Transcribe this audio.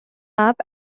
map